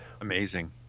Amazing